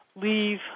leave